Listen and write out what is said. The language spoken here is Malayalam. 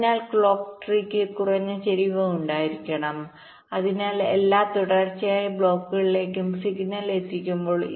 അതിനാൽ ക്ലോക്ക് ട്രീയ്ക്ക് കുറഞ്ഞ ചരിവ് ഉണ്ടായിരിക്കണം അതിനാൽ എല്ലാ തുടർച്ചയായ ബ്ലോക്കുകളിലേക്കും സിഗ്നൽ എത്തിക്കുമ്പോൾ